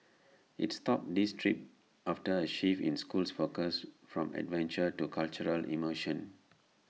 IT stopped these trips after A shift in school's focus from adventure to cultural immersion